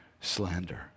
slander